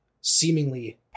seemingly